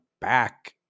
back